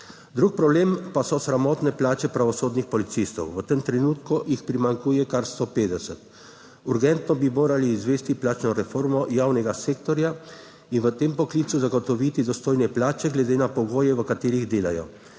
Drug problem pa so sramotne plače pravosodnih policistov. V tem trenutku jih primanjkuje kar 150. Urgentno bi morali izvesti plačno reformo javnega sektorja in v tem poklicu zagotoviti dostojne plače glede na pogoje v katerih delajo,